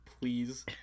Please